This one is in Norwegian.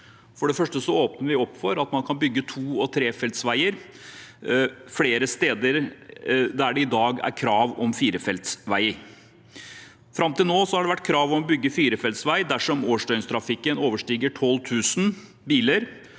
For det første åpner vi opp for at man kan bygge to- og trefelts vei flere steder der det i dag er krav om firefelts vei. Fram til nå har det vært krav om å bygge firefelts vei dersom årsdøgntrafikken overstiger 12 000 biler.